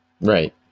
Right